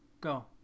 Go